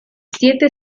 siete